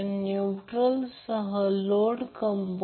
तर याला neutral point n म्हणतात